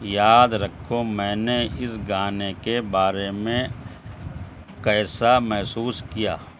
یاد رکھو میں نے اِس گانے کے بارے میں کیسا محسوس کیا